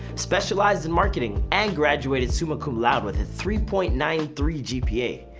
specialized in marketing, and graduated summa cum laude, with a three point nine three gpa.